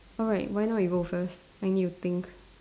alright why not you go first I need to think